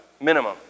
minimum